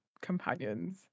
companions